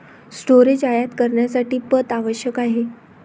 storage आयात करण्यासाठी पथ आवश्यक आहे